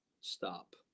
stop